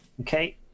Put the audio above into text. Okay